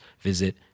visit